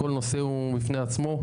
כל נושא הוא בפני עצמו,